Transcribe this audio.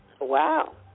Wow